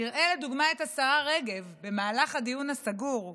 תראה לדוגמה את השרה רגב במהלך הדיון הסגור,